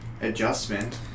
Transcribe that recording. adjustment